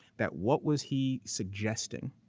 that, what was he suggesting?